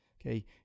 Okay